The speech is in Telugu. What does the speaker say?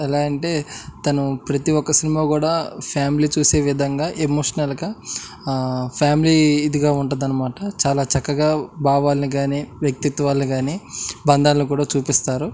ఎలా అంటే తను ప్రతి ఒక్క సినిమా కూడా ఫ్యామిలీ చూసే విధంగా ఎమోషనల్గా ఫ్యామిలీ ఇదిగా ఉంటుంది అన్నమాట చాలా చక్కగా భావాలని కానీ వ్యక్తిత్వాలని కానీ బంధాలని కూడా చూపిస్తారు